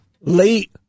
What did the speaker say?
late